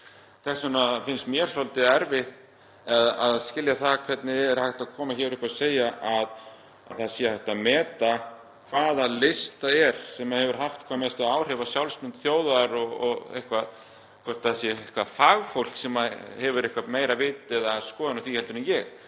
Þess vegna finnst mér svolítið erfitt að skilja hvernig hægt er að koma hér upp og segja að það sé hægt að meta hvaða list það er sem hefur haft hvað mest áhrif á sjálfsmynd þjóðar, að fagfólk hafi eitthvert meira vit eða skoðun á því en ég.